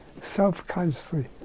self-consciously